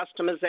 customization